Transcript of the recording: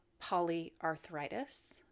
polyarthritis